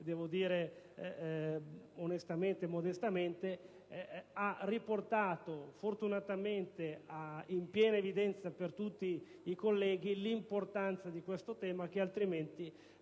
di oggi, onestamente e modestamente, ha riportato fortunatamente ad intera evidenza per tutti i colleghi l'importanza di questo tema che altrimenti